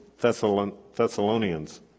Thessalonians